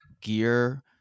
gear